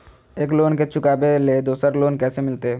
एक लोन के चुकाबे ले दोसर लोन कैसे मिलते?